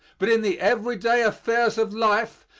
but in the everyday affairs of life,